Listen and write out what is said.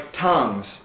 tongues